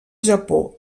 japó